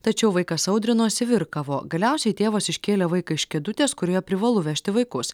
tačiau vaikas audrinosi virkavo galiausiai tėvas iškėlė vaiką iš kėdutės kurioje privalu vežti vaikus